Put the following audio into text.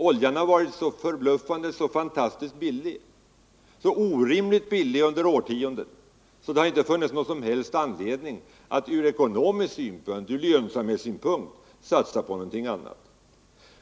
Oljan har varit så förbluffande billig, så orimligt billig under årtionden, att det inte har funnits någon som helst anledning att från lönsamhetssynpunkt satsa på något annat.